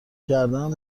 کردم